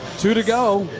two to go.